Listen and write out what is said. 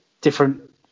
different